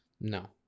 no